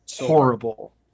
horrible